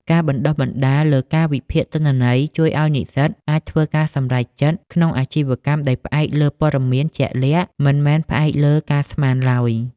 ការបណ្ដុះបណ្ដាលលើការវិភាគទិន្នន័យ ជួយឱ្យនិស្សិតអាចធ្វើការសម្រេចចិត្តក្នុងអាជីវកម្មដោយផ្អែកលើព័ត៌មានជាក់លាក់ មិនមែនផ្អែកលើការស្មានឡើយ។